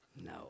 No